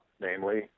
namely